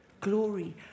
glory